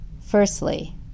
Firstly